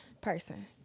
person